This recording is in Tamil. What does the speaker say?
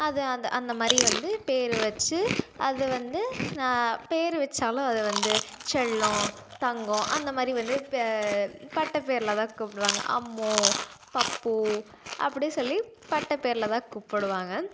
அது அந்த அந்தமாதிரி வந்து பேர் வச்சு அது வந்து நான் பேர் வச்சாலும் அது வந்து செல்லம் தங்கம் அந்தமாதிரி வந்து ப பட்ட பேரில்தான் கூப்பிடுவாங்க அம்மு பப்பு அப்படி சொல்லி பட்ட பேரில்தான் கூப்பிடுவாங்க